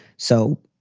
so,